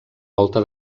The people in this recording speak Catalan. volta